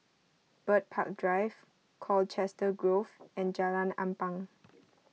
Bird Park Drive Colchester Grove and Jalan Ampang